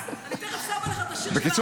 --- אני תכף שמה לך את השיר --- אדוני,